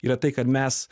yra tai kad mes